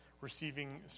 receiving